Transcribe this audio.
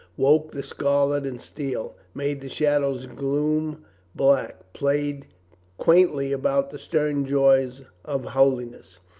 woke the scarlet and steel, made the shadows gloom black, played quaint ly about the stern jaws of holiness.